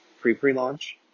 pre-pre-launch